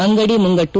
ಅಂಗಡಿ ಮುಂಗಟ್ಟು